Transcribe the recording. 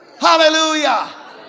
Hallelujah